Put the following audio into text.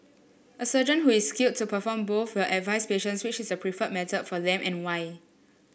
a surgeon who is skilled to perform both will advise patients which is the preferred method for them and why